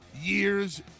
Year's